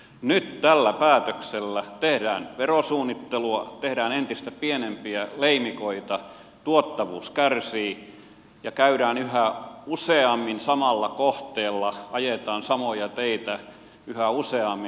nyt tällä päätöksellä tehdään verosuunnittelua tehdään entistä pienempiä leimikoita tuottavuus kärsii ja käydään yhä useammin samalla kohteella ajetaan samoja teitä yhä useammin